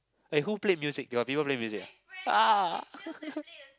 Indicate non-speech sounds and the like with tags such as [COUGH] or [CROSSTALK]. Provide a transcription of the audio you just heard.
eh who played music you got people play music ah ah [LAUGHS]